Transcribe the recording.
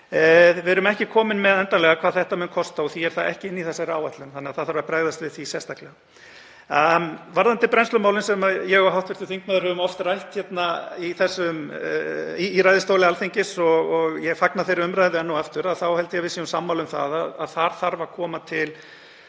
Við erum ekki komin með það endanlega hvað þetta mun kosta og því er það ekki inni í þessari áætlun þannig að bregðast þarf við því sérstaklega. Varðandi brennslumálin sem ég og hv. þingmaður höfum oft rætt í ræðustóli Alþingis, og ég fagna þeirri umræðu enn og aftur, þá held ég að við séum sammála um að þar þarf að koma til